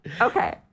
Okay